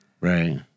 Right